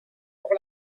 pour